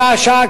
שעה-שעה,